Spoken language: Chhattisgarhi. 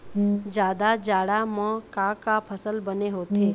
जादा जाड़ा म का का फसल बने होथे?